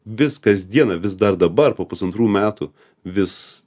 vis kasdieną vis dar dabar po pusantrų metų vis